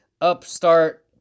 upstart